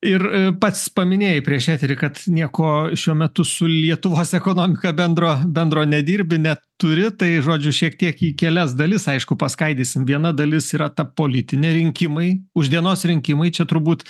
ir pats paminėjai prieš eterį kad nieko šiuo metu su lietuvos ekonomika bendro bendro nedirbi neturi tai žodžiu šiek tiek į kelias dalis aišku paskaidysim viena dalis yra ta politinė rinkimai už dienos rinkimai čia turbūt